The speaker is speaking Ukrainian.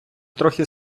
трохи